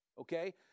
okay